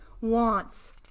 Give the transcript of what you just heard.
wants